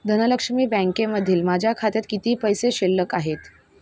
धनलक्ष्मी बँकेमधील माझ्या खात्यात किती पैसे शिल्लक आहेत